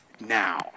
Now